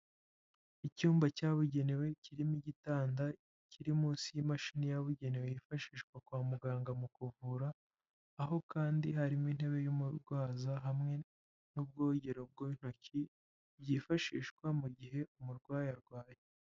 Icyumba cyabugenewe kirimo igitanda kiri munsi y'imashini yabugenewe yifashishwa kwa muganga mu kuvura, aho kandi harimo intebe y'umurwaza, hamwe n'ubwogero bw'intoki byifashishwa mu gihe umurwayi arwaye.